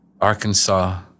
Arkansas